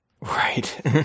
Right